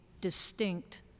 distinct